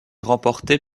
remportée